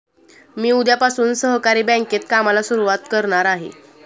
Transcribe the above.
मी उद्यापासून सहकारी बँकेत कामाला सुरुवात करणार आहे